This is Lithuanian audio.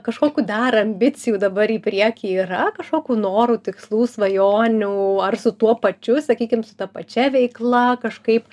kažkokių dar ambicijų dabar į priekį yra kažkokių norų tikslų svajonių ar su tuo pačiu sakykim su ta pačia veikla kažkaip